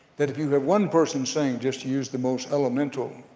that if you have one person saying just use the most elemental,